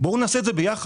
בואו נעשה את זה ביחד.